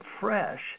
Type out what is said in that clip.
fresh